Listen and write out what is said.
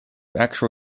actual